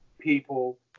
people